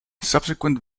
subsequent